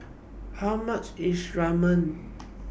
How much IS Ramen